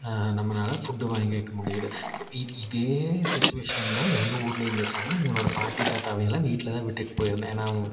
நம்மளால ஃபுட்டு வாங்கிக்க முடியுது ஸோ இதே சுச்சுவேஷன் தான் எங்கள் ஊர்லேயும் இருந்துச்சாம்மா எங்களோட பாட்டி தாத்தாவையெல்லாம் வீட்டில் தான் விட்டுவிட்டு போய்ருந்தேன் ஏன்னா